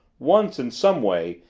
once, in some way,